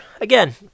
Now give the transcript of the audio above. again